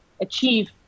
achieve